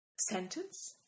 Sentence